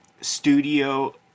studio